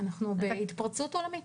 אנחנו בהתפרצות עולמית.